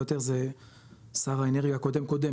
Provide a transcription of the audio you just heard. או יותר זה שר האנרגיה הקודם-קודם,